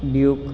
duke